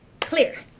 Clear